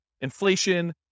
inflation